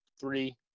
three